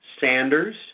Sanders